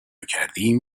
کردیم